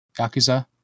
Yakuza